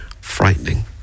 frightening